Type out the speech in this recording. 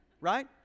right